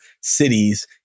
cities